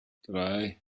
drei